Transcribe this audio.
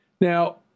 Now